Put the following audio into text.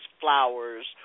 flowers